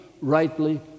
rightly